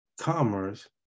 commerce